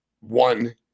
one